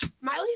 Miley